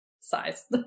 size